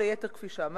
כל היתר, כפי שאמרתי,